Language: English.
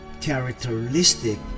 characteristic